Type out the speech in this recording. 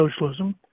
socialism